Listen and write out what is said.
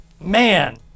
man